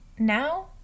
Now